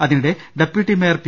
അതിനിടെ deputy mayor P